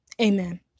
amen